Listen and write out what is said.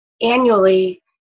annually